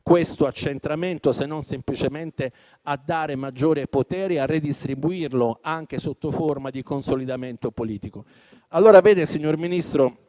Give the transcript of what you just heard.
questo accentramento, se non semplicemente a dare maggiori poteri e a redistribuirli anche sotto forma di consolidamento politico? Questo, signor Ministro,